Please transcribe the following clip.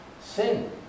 sin